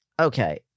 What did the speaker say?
Okay